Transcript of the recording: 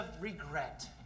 regret